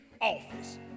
office